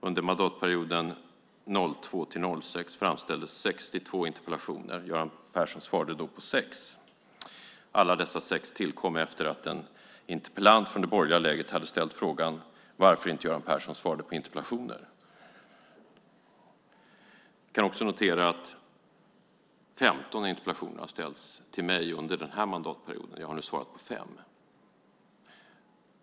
Under mandatperioden 2002-2006 framställdes 62 interpellationer, och Göran Persson svarade på 6. Alla dessa 6 tillkom efter att en interpellant från det borgerliga lägret hade ställt frågan varför Göran Persson inte svarade på interpellationer. Jag kan också notera att 15 interpellationer har ställts till mig under den här mandatperioden, och jag har nu svarat på 5.